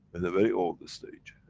in a very old stage,